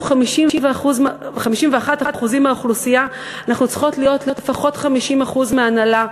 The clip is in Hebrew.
51% מהאוכלוסייה אנחנו צריכות להיות לפחות 50% מההנהלה,